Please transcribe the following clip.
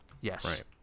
Yes